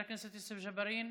חבר הכנסת יוסף ג'בארין,